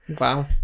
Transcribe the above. wow